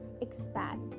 expand